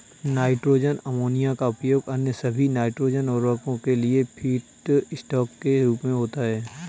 nitrogen ammonia का उपयोग अन्य सभी नाइट्रोजन उवर्रको के लिए फीडस्टॉक के रूप में होता है